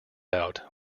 out